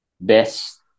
best